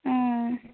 ᱩᱸᱻ